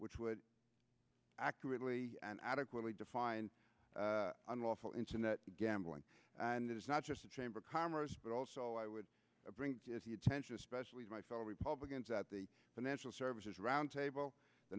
which would accurately and adequately define unlawful internet gambling and it is not just the chamber of commerce but also i would bring attention especially to my fellow republicans at the financial services roundtable the